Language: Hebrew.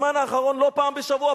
בזמן האחרון לא פעם בשבוע,